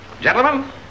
Gentlemen